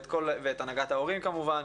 ואת הנהגת ההורים כמובן.